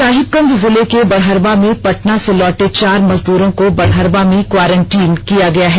साहिबगंज जिले के बरहड़वा में पटना से लौटे चार मजदूरों को बरहड़वा में क्वारेंटिन किया गया है